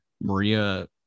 Maria